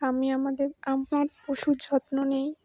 আমি আমাদের আমার পশুর যত্ন নিই